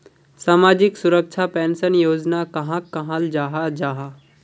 सामाजिक सुरक्षा पेंशन योजना कहाक कहाल जाहा जाहा?